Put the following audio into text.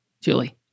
Julie